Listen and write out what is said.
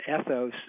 ethos